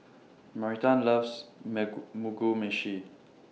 Marita loves Mugi Meshi